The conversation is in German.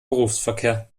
berufsverkehr